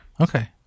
Okay